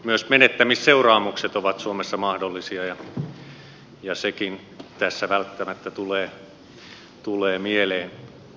myös menettämisseuraamukset ovat suomessa mahdollisia ja sekin tässä välttämättä tulee mieleen